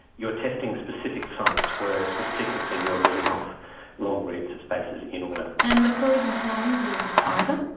you're testing specific sites, whereas with sequencing you are reading off long reads of bases in order. and the pros and cons of either?